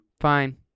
Fine